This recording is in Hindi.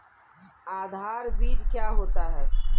आधार बीज क्या होता है?